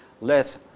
let